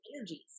energies